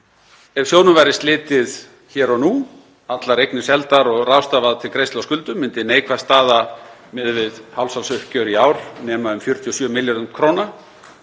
Ef sjóðnum verði slitið hér og nú, allar eignir seldar og ráðstafað til greiðslu á skuldum, myndi neikvæð staða miðað við hálfsársuppgjör í ár nema um 47 milljörðum kr.